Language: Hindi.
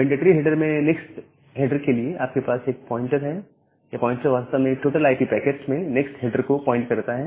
मेंडेटरी हेडर में नेक्स्ट हैडर के लिए आपके पास एक प्वाइंटर है यह प्वाइंटर वास्तव में टोटल आईपी पैकेट में नेक्स्ट हेडर को पॉइंट करता है